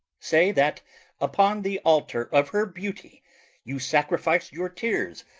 say that upon the altar of her beauty you sacrifice your tears,